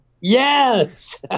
Yes